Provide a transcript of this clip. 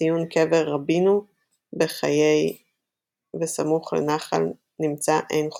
ציון קבר רבינו בחיי וסמוך לנחל נמצא עין חוקוק.